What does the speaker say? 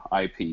IP